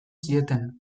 zieten